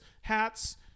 hats